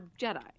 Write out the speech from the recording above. Jedi